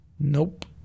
Nope